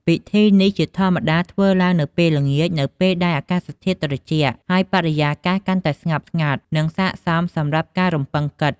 ពិធីនេះជាធម្មតាធ្វើឡើងនៅពេលល្ងាច នៅពេលដែលអាកាសធាតុត្រជាក់ ហើយបរិយាកាសកាន់តែស្ងប់ស្ងាត់ និងស័ក្តិសមសម្រាប់ការរំពឹងគិត។